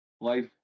life